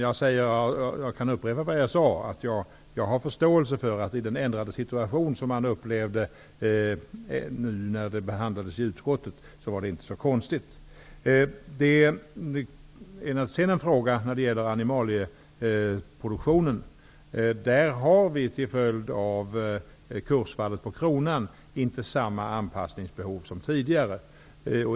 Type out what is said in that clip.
Jag kan upprepa vad jag sade, att jag har förståelse för hur man upplevde den ändrade situationen när ärendet behandlades i utskottet. Det är inte så konstigt. När det gäller animalieproduktionen har vi till följd av kursfallet på kronan inte samma anpassningsbehov som tidigare.